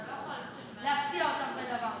אתה לא יכול להפתיע אותם בדבר כזה.